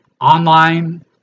online